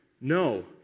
no